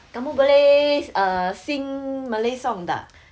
kamu boleh err sing malay song tak